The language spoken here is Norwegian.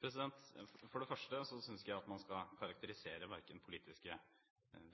For det første synes ikke jeg at man skal karakterisere verken politiske